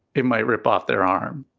it might rip off their arm.